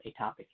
atopic